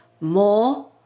more